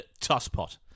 tosspot